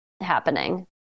happening